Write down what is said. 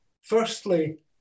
firstly